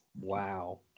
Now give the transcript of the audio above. Wow